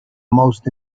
most